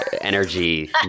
energy